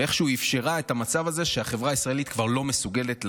ואיכשהו אפשרה את המצב הזה שבו החברה הישראלית כבר לא מסוגלת להכיל,